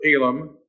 Elam